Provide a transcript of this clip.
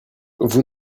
vous